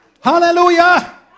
Hallelujah